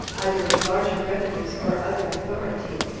either with larger revenues, or other authority,